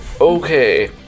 okay